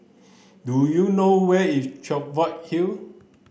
do you know where is Cheviot Hill